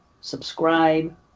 subscribe